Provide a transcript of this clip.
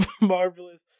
marvelous